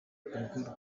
urwo